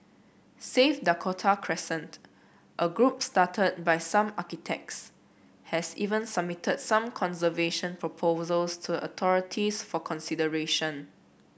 save Dakota Crescent a group started by some architects has even submitted some conservation proposals to a authorities for consideration